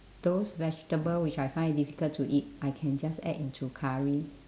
those vegetable which I find difficult to eat I can just add into curry